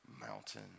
mountain